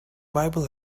bible